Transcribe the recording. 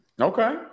Okay